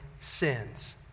sins